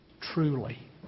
truly